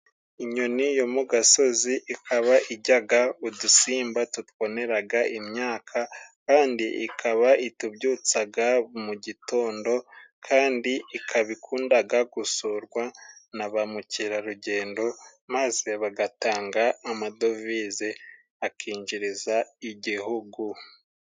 Inyoni yo mu gasozi ikaba ijyaga udusimba tutwoneraga imyaka, kandi ikaba itubyutsaga mu gitondo, kandi ikaba ikundaga gusurwa na bamukerarugendo maze bagatanga amadovize akinjiriza igihugu.